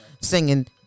singing